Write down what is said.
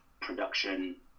production